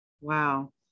Wow